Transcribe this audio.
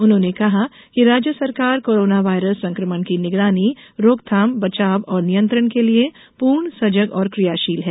उन्होंने कहा कि राज्य सरकार कोरोना वायरस संक्रमण की निगरानी रोकथाम बचाव और नियंत्रण के लिये पूर्ण सजग और क्रियाशील है